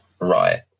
Right